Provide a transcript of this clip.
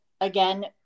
again